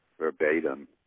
verbatim